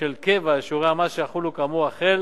של קבע שיעורי המס שיחולו כאמור החל